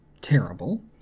terrible